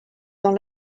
dans